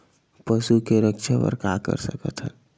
पशु के रक्षा बर का कर सकत हन?